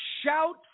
shout